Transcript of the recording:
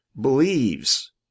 believes